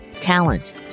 talent